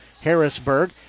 Harrisburg